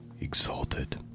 exalted